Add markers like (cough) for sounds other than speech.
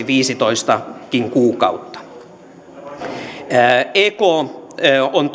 (unintelligible) viisitoistakin kuukautta ek on (unintelligible)